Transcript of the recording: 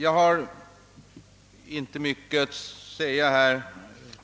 Jag har inte mycket att säga